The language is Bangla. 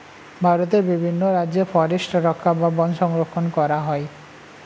ভারতের বিভিন্ন রাজ্যে ফরেস্ট রক্ষা বা বন সংরক্ষণ করা হয়